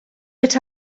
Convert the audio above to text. but